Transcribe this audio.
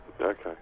Okay